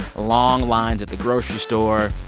long lines at the grocery store,